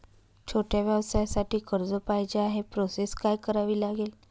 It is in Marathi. छोट्या व्यवसायासाठी कर्ज पाहिजे आहे प्रोसेस काय करावी लागेल?